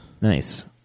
Nice